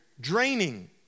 draining